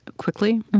quickly.